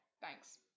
Thanks